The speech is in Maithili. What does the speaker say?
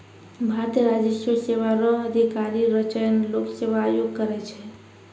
भारतीय राजस्व सेवा रो अधिकारी रो चयन लोक सेवा आयोग करै छै